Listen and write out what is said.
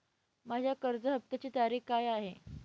माझ्या कर्ज हफ्त्याची तारीख काय आहे?